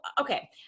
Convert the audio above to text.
okay